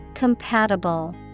Compatible